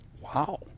Wow